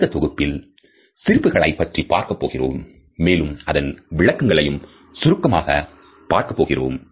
அடுத்த தொகுப்பில் சிரிப்புகளைப் பற்றிப் பார்க்கப் போகிறோம் மேலும் அதன் விளக்கங்களையும் சுருக்கமாக பார்க்கப்போகிறோம்